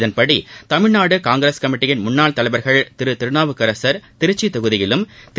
இதன்படி தமிழ்நாடு காங்கிரஸ் கமிட்டியின் முன்னாள் தலைவா்கள் திருநாவுக்கரசா் திருச்சி தொகுதியிலும் திரு